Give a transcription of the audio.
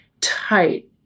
tight